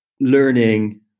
learning